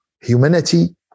humanity